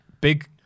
Big